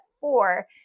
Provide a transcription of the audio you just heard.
four